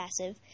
passive